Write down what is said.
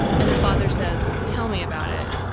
and the father says, tell me about it,